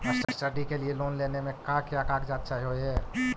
Study के लिये loan लेने मे का क्या कागजात चहोये?